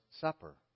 Supper